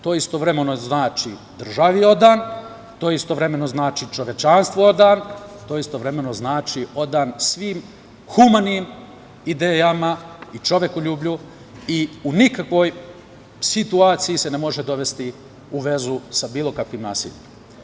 To istovremeno znači državi odan, istovremeno znači čovečanstvu odan, istovremeno znači odan svim humanim idejama i čovekoljublju i u nikakvoj situaciji se ne može dovesti u vezu sa bilo kakvim nasiljem.